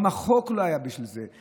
גם החוק לא חוקק בשביל זה,